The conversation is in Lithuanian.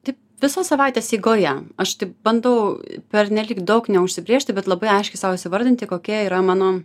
taip visos savaitės eigoje aš taip bandau pernelyg daug neužsibrėžti bet labai aiškiai sau įvardinti kokie yra mano